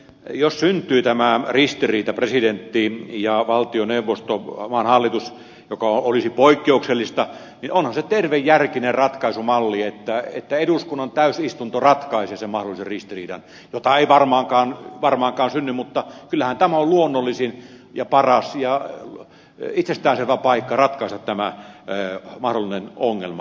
toisekseen jos syntyy tämä ristiriita presidentin ja valtioneuvoston maan hallituksen välillä mikä olisi poikkeuksellista niin onhan se tervejärkinen ratkaisumalli että eduskunnan täysistunto ratkaisee sen mahdollisen ristiriidan jota ei varmaankaan synny mutta kyllähän tämä on luonnollisin ja paras ja itsestään selvä paikka ratkaista tämä mahdollinen ongelma